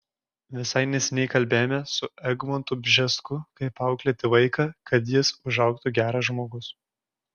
visai neseniai kalbėjome su egmontu bžesku kaip auklėti vaiką kad jis užaugtų geras žmogus